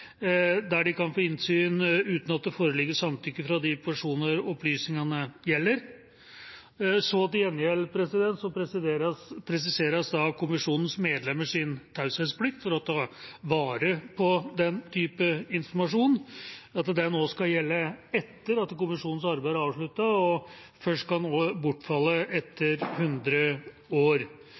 der de kan få innsyn uten at det foreligger samtykke fra de personer opplysningene gjelder. Til gjengjeld presiseres kommisjonens medlemmers taushetsplikt for å ta vare på den type informasjon, og at den også skal gjelde etter at kommisjonens arbeid er avsluttet og først kan bortfalle etter hundre år.